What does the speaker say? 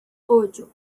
ocho